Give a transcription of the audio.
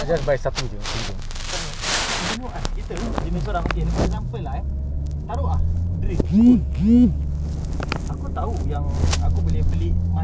faham ah like I I want the small [one] this is good for small one multipurpose for small dia tak bagus ah big dia pun okay okay and then aku nak lebih yang big punya separate small punya separate